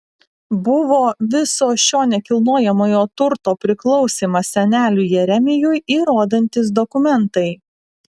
buvo viso šio nekilnojamojo turto priklausymą seneliui jeremijui įrodantys dokumentai